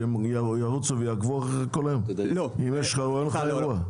שהם ירוצו ויעקבו אחריכם כל היום אם יש או אין אירוע?